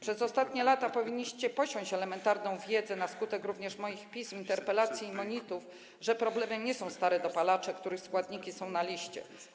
Przez ostatnie lata powinniście posiąść elementarną wiedzę, również na skutek moich pism, interpelacji i monitów, że problemem nie są stare dopalacze, których składniki są na liście.